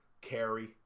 carry